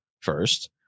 first